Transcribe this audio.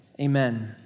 amen